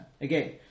Again